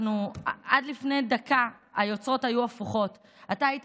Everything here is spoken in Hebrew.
עד לפני דקה היוצרות היו הפוכות: אתה היית